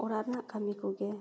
ᱚᱲᱟᱜ ᱨᱮᱱᱟᱜ ᱠᱟᱹᱢᱤ ᱠᱚᱜᱮ